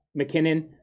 McKinnon